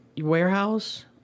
Warehouse